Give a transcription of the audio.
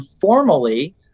formally